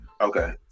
Okay